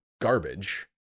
garbage